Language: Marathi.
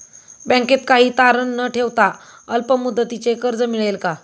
बँकेत काही तारण न ठेवता अल्प मुदतीचे कर्ज मिळेल का?